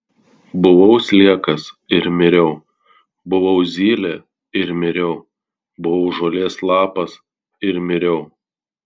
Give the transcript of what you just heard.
buvau sliekas ir miriau buvau zylė ir miriau buvau žolės lapas ir miriau